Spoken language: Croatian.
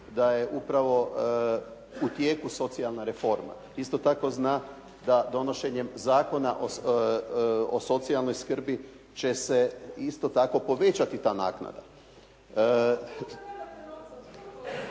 da je upravo u tijeku socijalna reforma. Isto tako zna da donošenjem Zakona o socijalnoj skrbi će se isto tako povećati ta naknada.